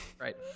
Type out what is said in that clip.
Right